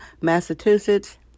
Massachusetts